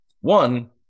One